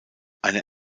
eine